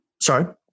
sorry